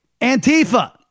Antifa